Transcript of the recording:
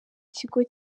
kigo